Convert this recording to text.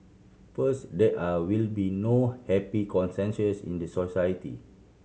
first there are will be no happy consensus in the society